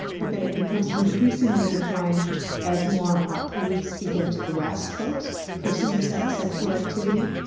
but then it becomes increasingly defined as more police begin to arrest folks for same sex sexual activity.